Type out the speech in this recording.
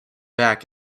back